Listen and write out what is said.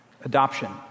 Adoption